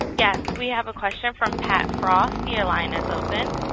yes. we have a question from pat frost. your line is open.